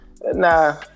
nah